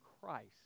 Christ